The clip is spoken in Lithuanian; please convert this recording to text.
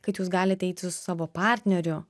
kad jūs galit eiti su savo partneriu